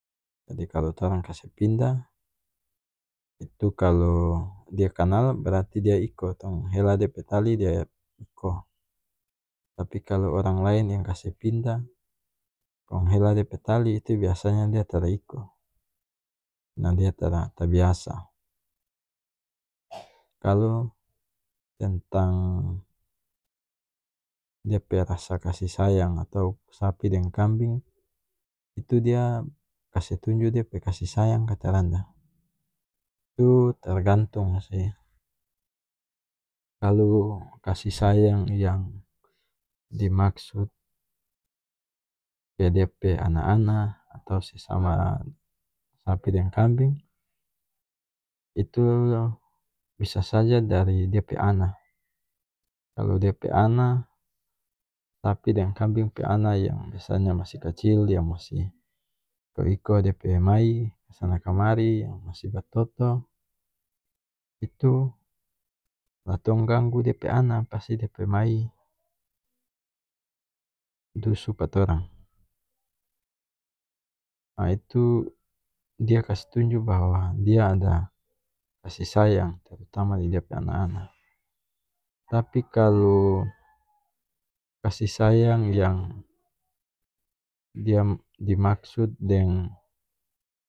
Jadi torang kase pindah itu kalu dia kanal brarti dia iko tong hela dia pe tali dia iko tapi kalu orang laen yang kase pindah kong hela dia pe tali itu biasanya dia tara iko nah dia tara tabiasa kalu tentang dia pe rasa kasih sayang atau sapi deng kambing itu dia kase tunju dia pe kasih sayang ka tarada itu tergantung sih kalu kasih sayang yang dimaksud pe dia pe ana ana atau sesama sapi deng kambing itu bisa saja dari dia pe ana kalu dia pe ana sapi deng kambing pe ana yang biasanya masih kacil dia masih iko iko dia pe mai kasana kamari yang masih batoto itu la tong ganggu dia pe ana pasti dia pe mai dusu pa torang ah itu dia kas tunju bahwa dia ada kasih sayang terutama di dia pe ana ana tapi kalu kasih sayang dimaksud deng